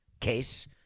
case